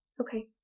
Okay